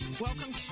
welcome